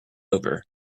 over